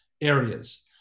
areas